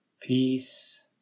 Peace